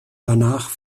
danach